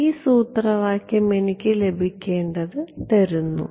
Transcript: അതിനാൽ ഈ സൂത്രവാക്യം എനിക്ക് ലഭിക്കേണ്ടത് തരുന്നു